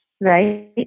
right